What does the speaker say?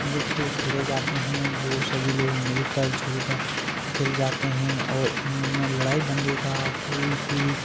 जो खेल खेले जाते हैं वह सभी लोग मिलकर जुलकर खिल जाते हैं और इनों में लड़ाई दंगे का कोई भी